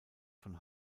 von